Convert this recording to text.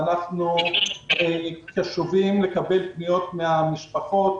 ואנחנו קשובים לקבל פניות מן המשפחות,